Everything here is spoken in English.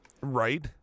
right